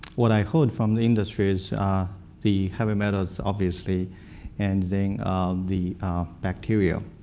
what i heard from the industry is the heavy metals obviously and then the bacteria,